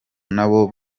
nabo